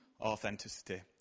authenticity